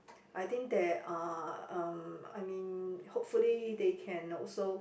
I think there are um I mean hopefully they can also